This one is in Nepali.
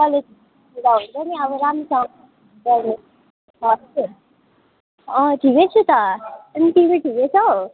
ठिकै छु त अनि तिमी ठिकै छौ